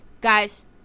guys